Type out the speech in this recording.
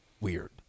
weird